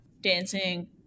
dancing